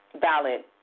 valid